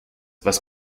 was